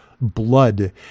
blood